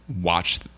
watch